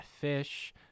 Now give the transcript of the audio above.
fish